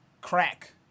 crack